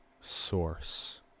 source